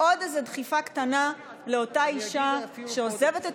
עוד איזו דחיפה קטנה לאותה אישה שעוזבת את